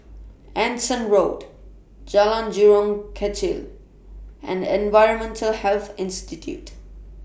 Anson Road Jalan Jurong Kechil and Environmental Health Institute